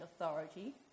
authority